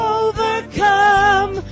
overcome